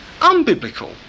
unbiblical